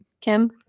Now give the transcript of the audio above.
Kim